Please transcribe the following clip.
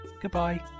goodbye